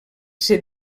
ser